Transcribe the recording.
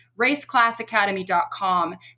RaceClassAcademy.com